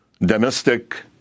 domestic